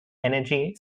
energy